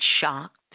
shocked